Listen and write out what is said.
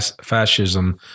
fascism